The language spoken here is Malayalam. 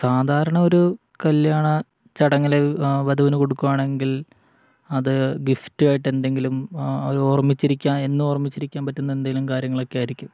സാധാരണ ഒരു കല്യാണച്ചടങ്ങില് വധുവിന് കൊടുക്കുകയാണെങ്കിൽ അത് ഗിഫ്റ്റായിട്ട് എന്തെങ്കിലുമൊരു ഓർമ്മിച്ചിരിക്കാന് എന്നും ഓർമ്മിച്ചിരിക്കാൻ പറ്റുന്ന എന്തെങ്കിലും കാര്യങ്ങളൊക്കെയായിരിക്കും